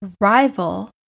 rival